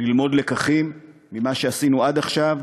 ללמוד לקחים ממה שעשינו עד עכשיו,